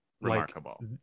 remarkable